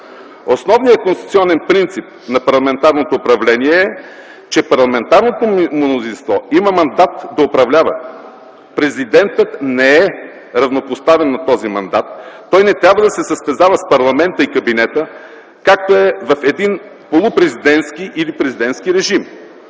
Основният конституционен принцип на парламентарното управление е, че парламентарното мнозинство има мандат да управлява. Президентът не е равнопоставен на този мандат. Той не трябва да се състезава с парламента и кабинета, както е в един полупрезидентски или президентски режим.